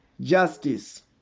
justice